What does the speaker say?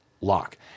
lock